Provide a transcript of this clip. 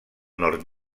nord